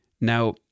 Now